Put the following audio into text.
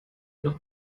noch